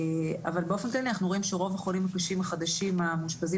אבל באופן כללי אנחנו רואים שרוב החולים הקשים החדשים המאושפזים